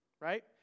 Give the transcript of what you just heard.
right